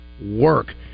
work